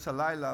באמצע הלילה,